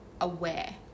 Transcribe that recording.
aware